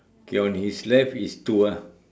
K on his left is two ah